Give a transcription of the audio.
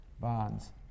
bonds